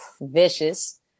vicious